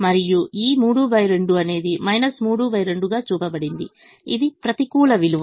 మరియు ఈ 32 అనేది 32 గా చూపబడింది ఇది ప్రతికూల విలువ